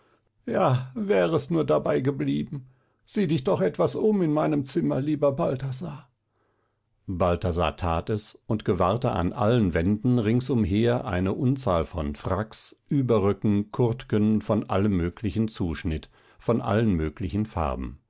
ja wär es nur dabei geblieben sich dich doch etwas um in meinem zimmer lieber balthasar balthasar tat es und gewahrte an allen wänden rings umher eine unzahl von fracks überröcken kurtken von allem möglichen zuschnitt von allen möglichen farben